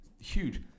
huge